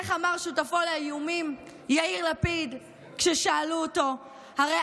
איך אמר שותפו לאיומים יאיר לפיד כששאלו אותו: הרי